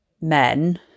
men